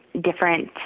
different